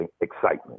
excitement